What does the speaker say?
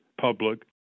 public